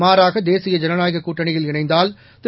மாறாக தேசிய ஜனநாயகக் கூட்டணியில் இணைந்தால் திரு